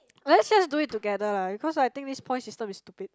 let's just do it together lah because I think this point system is stupid